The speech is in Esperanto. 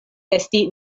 esti